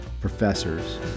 professors